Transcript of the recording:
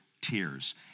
tears